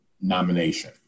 nomination